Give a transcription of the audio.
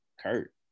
Kurt